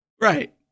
Right